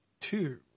two